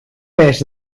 pes